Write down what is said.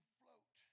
float